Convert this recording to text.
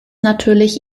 natürlich